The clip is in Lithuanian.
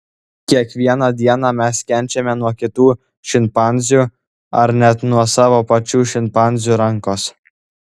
kiekvieną dieną mes kenčiame nuo kitų šimpanzių ar net nuo savo pačių šimpanzių rankos